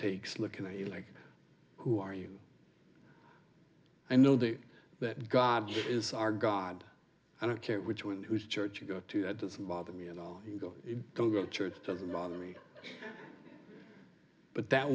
takes looking at you like who are you and know that that god is our god i don't care which one who's church you go to that doesn't bother me at all you go go go to church doesn't bother me but that